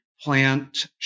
plant